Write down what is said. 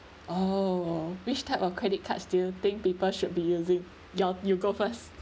oh which type of credit cards do you think people should be using ya you go first